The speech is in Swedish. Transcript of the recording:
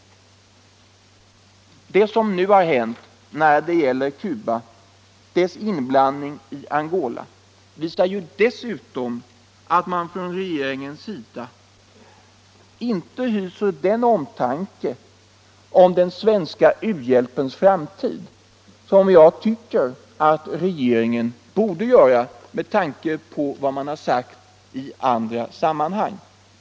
Det som nu har hänt när det gäller Cubas inblandning i Angola visar dessutom att regeringen inte hyser den omtanke om den svenska uhjälpens framtid som jag tycker att regeringen borde hysa med tanke på vad man har sagt i andra sammanhang.